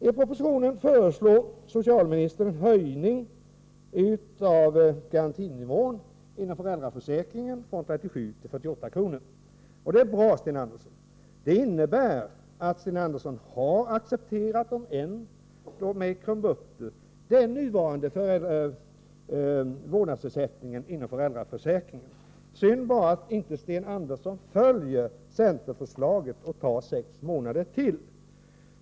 I propositionen föreslår socialministern en höjning av garantinivån inom föräldraförsäkringen från 37 kr. till 48 kr. Det är bra, Sten Andersson. Det innebär att Sten Andersson har accepterat, om än med krumbukter, den nuvarande vårdnadsersättningen inom föräldraförsäkringen. Det är bara synd att Sten Andersson inte följer centerns förslag om ytterligare sex månader.